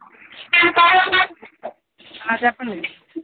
చెప్పండి